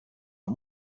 how